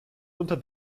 unter